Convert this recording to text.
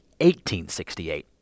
1868